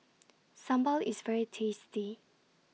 Sambal IS very tasty